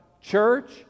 church